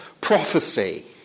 prophecy